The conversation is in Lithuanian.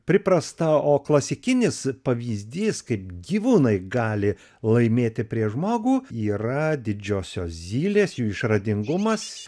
priprasta o klasikinis pavyzdys kaip gyvūnai gali laimėti prieš žmogų yra didžiosios zylės jų išradingumas